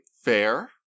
Fair